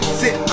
sit